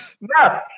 No